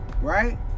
right